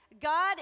God